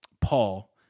Paul